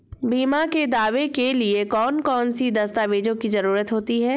बीमा के दावे के लिए कौन कौन सी दस्तावेजों की जरूरत होती है?